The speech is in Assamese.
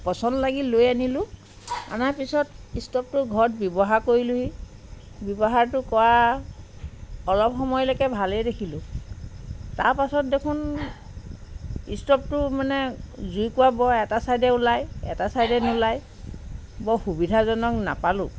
পচন্দ লাগিল লৈ আনিলোঁ অনা পিছত ষ্ট'ভটো ঘৰত ব্যৱহাৰ কৰিলোঁহি ব্যৱহাৰটো কৰা অলপ সময়লৈকে ভালেই দেখিলোঁ তাৰপাছত দেখোঁন ষ্ট'ভটো মানে জুইকুৰা বৰ এটা ছাইডে ওলাই এটা ছাইডে নোলাই বৰ সুবিধাজনক নাপালোঁ